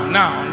now